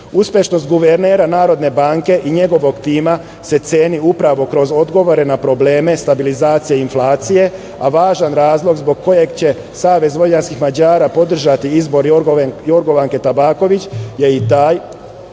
inflacija. Uspešnost guvernera Narodne banke i njegovog tima se ceni upravo kroz odgovore na probleme stabilizacije i inflacije, a važan razlog zbog kojeg će Savez vojvođanskih Mađara podržati izbor Jorgovanke Tabaković je i taj